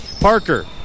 Parker